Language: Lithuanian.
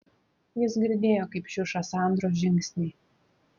jis girdėjo kaip šiuša sandros žingsniai